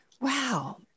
Wow